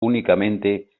únicamente